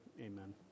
Amen